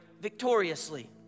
victoriously